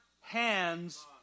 hands